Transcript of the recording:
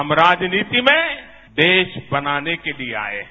हम राजनीति में देश बनाने के लिए आये हैं